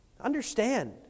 Understand